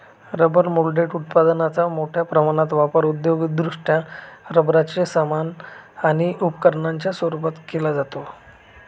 rubber moulded उत्पादकांचा मोठ्या प्रमाणात वापर औद्योगिकदृष्ट्या रबराचे सामान आणि उपकरणांच्या रूपात केला जातो